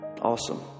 Awesome